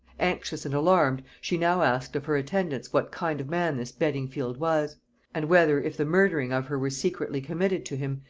anxious and alarmed, she now asked of her attendants what kind of man this beddingfield was and whether, if the murdering of her were secretly committed to him,